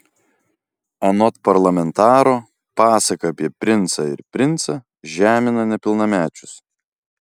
anot parlamentaro pasaka apie princą ir princą žemina nepilnamečius